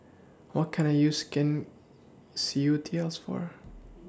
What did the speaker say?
What Can I use Skin Ceuticals For